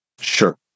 Sure